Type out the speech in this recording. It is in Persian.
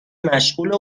مشغوله